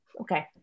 okay